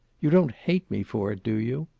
you don't hate me for it, do you?